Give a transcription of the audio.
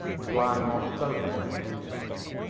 was lying on a sofa in the engine-room.